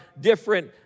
different